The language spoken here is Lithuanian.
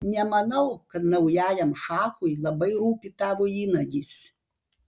nemanau kad naujajam šachui labai rūpi tavo įnagis